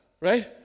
right